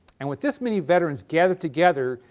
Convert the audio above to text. and with this many veterans gathered together,